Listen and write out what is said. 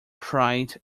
cried